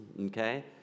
okay